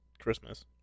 Christmas